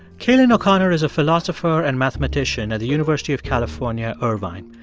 cailin o'connor is a philosopher and mathematician at the university of california, irvine.